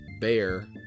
Bear